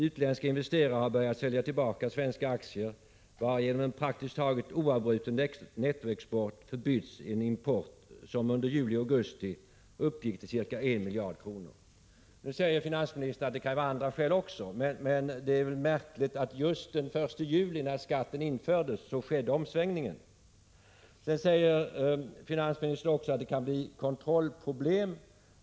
Utländska investerare har börjat sälja tillbaka svenska aktier, varigenom en praktiskt taget oavbruten nettoexport förbytts i en import som under juli och augusti uppgick till cirka en miljard kronor. Nu säger finansministern att det kan finnas andra skäl också. Men det är märkligt att omsvängningen skedde just den 1 juli då skatten infördes. Sedan säger finansministern att det kan bli kontrollsvårigheter.